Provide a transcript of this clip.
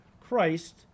Christ